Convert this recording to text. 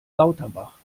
lauterbach